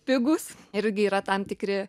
pigūs irgi yra tam tikri